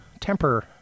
temper